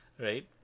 Right